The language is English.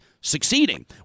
succeeding